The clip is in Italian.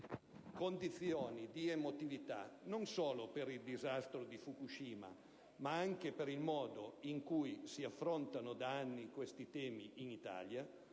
condizioni di emotività, non solo per il disastro di Fukushima ma anche per il modo in cui si affrontano da anni questi temi in Italia,